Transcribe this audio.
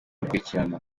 bakurikirana